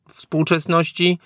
współczesności